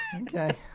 Okay